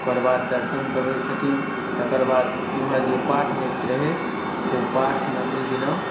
ओकर बाद दर्शनसब होइ छथिन तकर बाद ओम्हर जे पाठ होइत रहै ओ पाठ नओमी दिन